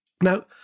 Now